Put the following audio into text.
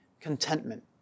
contentment